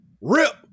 rip